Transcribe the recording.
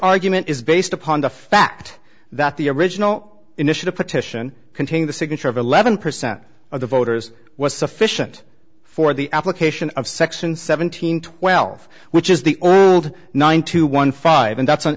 argument is based upon the fact that the original initiative petition containing the signature of eleven percent of the voters was sufficient for the application of section seven hundred twelve which is the old nine two one five and that's on